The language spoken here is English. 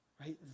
right